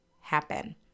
happen